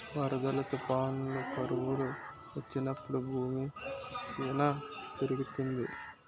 వరదలు, తుఫానులు, కరువులు వచ్చినప్పుడు భూమి క్షీణత పెరుగుతుంది